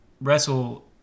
wrestle